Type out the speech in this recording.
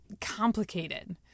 complicated